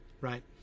right